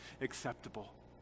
acceptable